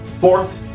Fourth